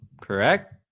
Correct